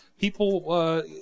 People